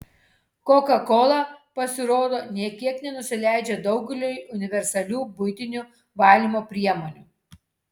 kokakola pasirodo nė kiek nenusileidžia daugeliui universalių buitinių valymo priemonių